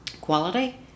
quality